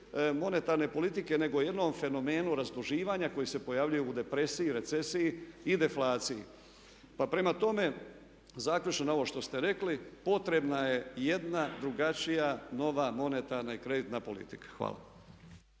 monetarne politike nego jednom fenomenu razduživanja koji se pojavljuje u depresiji, recesiji i deflaciji. Pa prema tome zaključno na ovo što ste rekli potrebna je jedna drugačija nova monetarna i kreditna politika. Hvala.